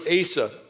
Asa